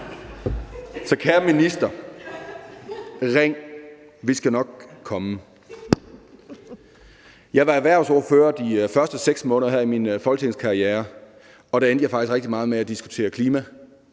Så kære minister: Ring! Vi skal nok komme. Jeg var erhvervsordfører her i de første 6 måneder af min folketingskarriere, og der endte jeg faktisk med at diskutere klima